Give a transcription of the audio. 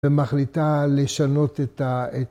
‫ומחליטה לשנות את ה...